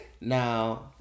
Now